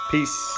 Peace